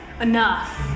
enough